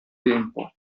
tempo